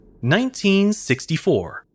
1964